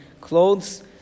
clothes